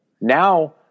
Now